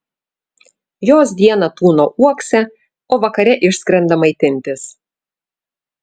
jos dieną tūno uokse o vakare išskrenda maitintis